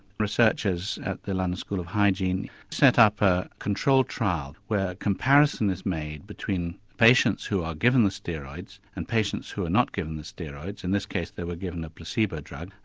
researchers at the london school of hygiene set up a control trial where a comparison is made between patients who are given the steroids and patients who are not given the steroids in this case they were given a placebo drug,